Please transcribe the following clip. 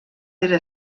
era